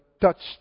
touched